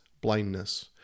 blindness